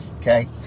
okay